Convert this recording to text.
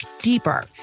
deeper